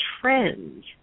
trends